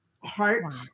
Heart